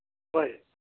ꯍꯣꯏ